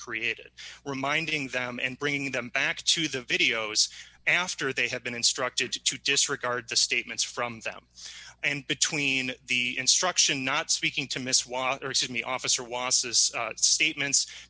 created reminding them and bringing them back to the videos after they had been instructed to disregard the statements from them and between the instruction not speaking to miss watterson the officer wasis statements